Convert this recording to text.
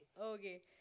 Okay